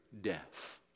death